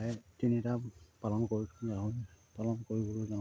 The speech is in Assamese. তিনিটা পালন কৰি পালন কৰিবলৈ যাওঁতে